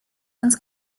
ins